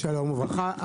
וברכה,